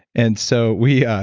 and so, we.